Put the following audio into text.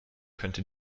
könnte